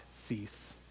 cease